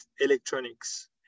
electronics